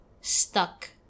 stuck